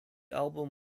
album